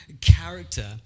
character